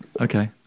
okay